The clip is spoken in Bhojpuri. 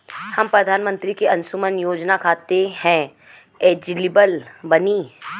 हम प्रधानमंत्री के अंशुमान योजना खाते हैं एलिजिबल बनी?